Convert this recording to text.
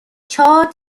چاد